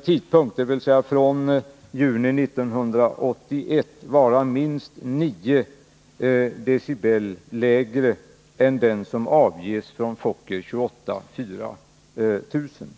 tidpunkt — dvs. från juni 1981 — skall vara minst 9 decibel lägre än den som avges från Fokker F-28 4000.